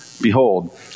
Behold